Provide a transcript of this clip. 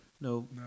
No